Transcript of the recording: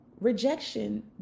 Rejection